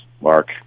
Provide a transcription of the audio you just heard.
Mark